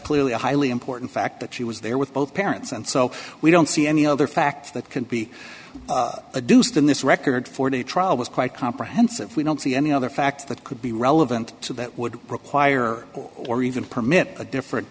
clearly a highly important fact that she was there with both parents and so we don't see any other facts that can be a deuced in this record for the trial was quite comprehensive we don't see any other facts that could be relevant to that would require or even permit a different